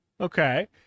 okay